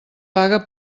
paga